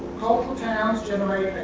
towns generate